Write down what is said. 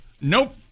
Nope